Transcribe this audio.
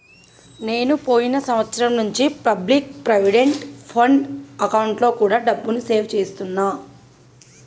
నేను పోయిన సంవత్సరం నుంచి పబ్లిక్ ప్రావిడెంట్ ఫండ్ అకౌంట్లో కూడా డబ్బుని సేవ్ చేస్తున్నా